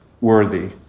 worthy